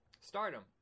stardom